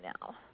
now